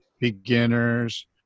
beginners